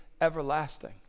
everlasting